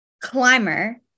climber